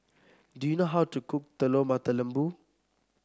do you know how to cook Telur Mata Lembu